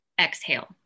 exhale